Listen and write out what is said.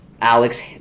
Alex